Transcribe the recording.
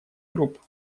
групп